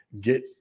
get